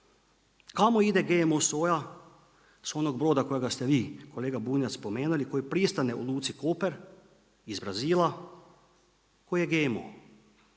Kamo ide GMO soja s onog broda kojega ste vi, kolega Bunjac, spomenuli, koji pristane u luci Koper, iz Brazila koje je GMO?